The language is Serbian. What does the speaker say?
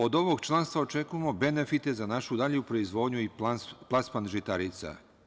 Od ovog članstva očekujemo benefite za našu dalju proizvodnju i plasman žitarica.